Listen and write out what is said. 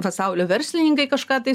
pasaulio verslininkai kažką tai